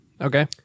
okay